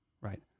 right